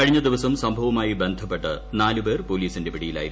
കഴിഞ്ഞ ദിവസം സംഭവവുമായി ബന്ധപ്പെട്ട് നാലുപേർ പോലീസിന്റെ പിടിയിലായിരുന്നു